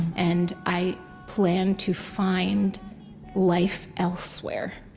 and i plan to find life elsewhere.